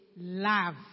love